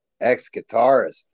ex-guitarist